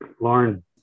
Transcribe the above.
Lauren